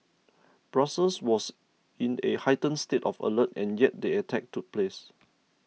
Brussels was in a heightened state of alert and yet the attack took place